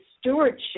stewardship